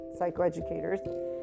psychoeducators